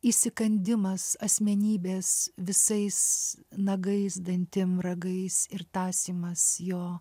įsikandimas asmenybės visais nagais dantim ragais ir tąsymas jo